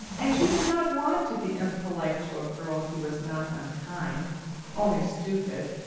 and she did not want to be impolite to a girl who was not unkind only stupid.